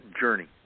journey